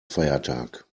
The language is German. feiertag